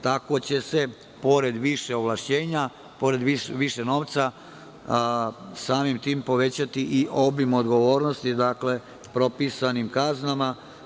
Tako će se, pored više ovlašćenja, pored više novca, samim tim povećati i obim odgovornosti propisanim kaznama.